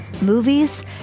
movies